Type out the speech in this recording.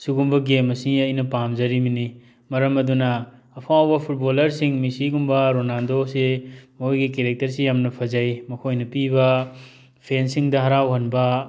ꯁꯤꯒꯨꯝꯕ ꯒꯦꯝ ꯑꯁꯤꯅꯤ ꯑꯩꯅ ꯄꯥꯝꯖꯔꯤꯕꯅꯤ ꯃꯔꯝ ꯑꯗꯨꯅ ꯑꯐꯥꯎꯕ ꯐꯨꯠꯕꯣꯜꯂꯔꯁꯤꯡ ꯃꯤꯁꯤꯒꯨꯝꯕ ꯔꯣꯅꯥꯜꯗꯣꯁꯤ ꯃꯣꯏꯒꯤ ꯀꯦꯔꯦꯛꯇꯔꯁꯤ ꯌꯥꯝꯅ ꯐꯖꯩ ꯃꯈꯣꯏꯅ ꯄꯤꯕ ꯐꯦꯟꯁꯤꯡꯗ ꯍꯔꯥꯎꯍꯟꯕ